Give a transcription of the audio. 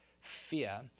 fear